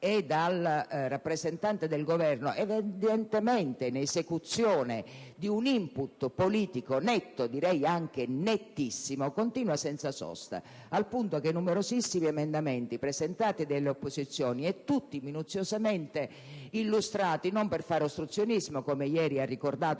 e dal rappresentante del Governo, evidentemente in esecuzione di un *input* politico netto (direi anche nettissimo) continua senza sosta. I numerosissimi emendamenti presentati dalle opposizioni, tutti minuziosamente illustrati (e non per fare ostruzionismo, come ieri ha ricordato